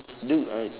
dude I